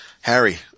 Harry